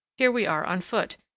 here we are on foot,